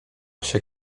się